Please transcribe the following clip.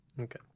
Okay